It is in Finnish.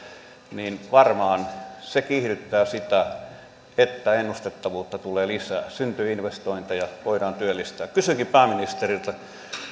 niin varmaan se kiihdyttää sitä että ennustettavuutta tulee lisää syntyy investointeja voidaan työllistää kysynkin pääministeriltä